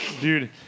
dude